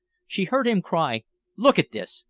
she heard him cry look at this!